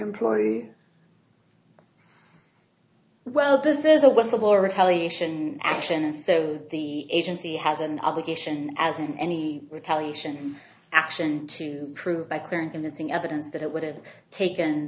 employee well this is a whistle blower telling action action so the agency has an obligation as in any retaliation action to prove by clear and convincing evidence that it would have taken